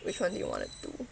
which one do you want to